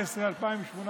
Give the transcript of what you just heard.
2018-2017,